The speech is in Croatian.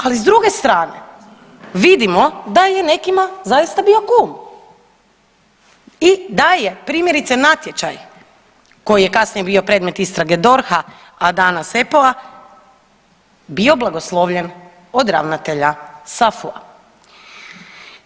Ali s druge strane vidimo da je nekima zaista bio kum i da je primjerice natječaj koji je kasnije bio predmet istrage DORH-a, a danas EPO-a bio blagoslovljen od ravnatelja SAFU-a.